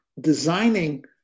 designing